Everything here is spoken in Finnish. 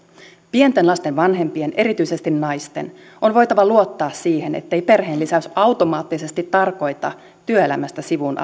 pienten lasten vanhempien erityisesti naisten on voitava luottaa siihen ettei perheenlisäys automaattisesti tarkoita työelämästä sivuun